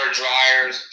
dryers